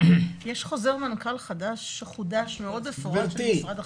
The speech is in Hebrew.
יש חוזר מנכ"ל חדש שחודש מאוד מפורט של משרד החינוך.